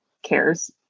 cares